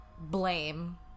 blame